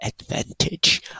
advantage